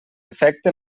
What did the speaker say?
efecte